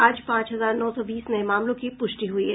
आज पांच हजार नौ सौ बीस नये मामलों की पुष्टि हुई है